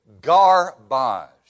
Garbage